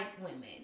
women